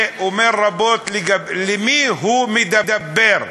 ואומר רבות למי הוא מדבר,